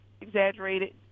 exaggerated